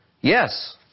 yes